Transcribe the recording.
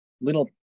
little